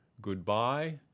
Goodbye